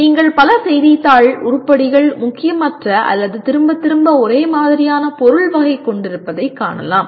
நீங்கள் பல செய்தித்தாள் உருப்படிகள் முக்கியமற்ற அல்லது திரும்பத் திரும்பப் ஒரே மாதிரியான பொருள் வகை கொண்டிருப்பதைக் காணலாம்